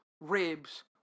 ribs